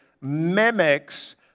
mimics